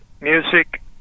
music